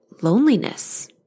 loneliness